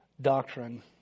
doctrine